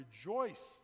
rejoice